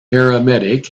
paramedic